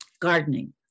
gardening